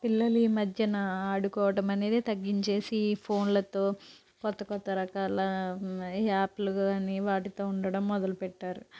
పిల్లలు ఈ మధ్యన ఆడుకోవడం అనేది తగ్గించేసి ఈ ఫోన్లతో కొత్త కొత్త రకాల యాప్లు కానీ వాటితో ఉండడం మొదలుపెట్టారు